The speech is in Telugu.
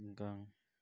ఇంకా